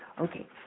Okay